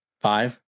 five